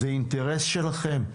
מדובר באינטרס שלכם.